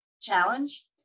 challenge